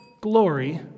glory